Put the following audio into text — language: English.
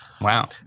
Wow